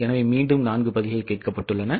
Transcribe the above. எனவே மீண்டும் நான்கு பதில்கள் கேட்கப்பட்டுள்ளன